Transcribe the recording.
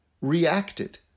reacted